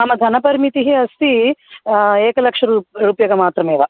मम धनपरिमितिः अस्ति एकलक्षरूप् रूप्यकमात्रमेव